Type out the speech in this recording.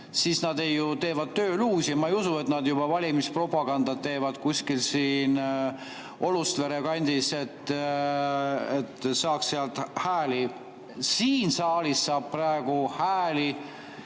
siis nad ju teevad tööluusi. Ma ei usu, et nad juba valimispropagandat teevad kuskil Olustvere kandis, et saaks sealt hääli. Siin saalis saab praegu hääli,